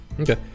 Okay